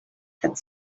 had